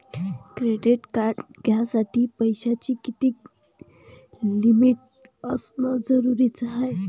Credit card घ्यासाठी पैशाची कितीक लिमिट असनं जरुरीच हाय?